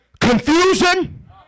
confusion